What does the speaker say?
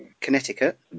Connecticut